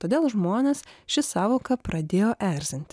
todėl žmones ši sąvoka pradėjo erzint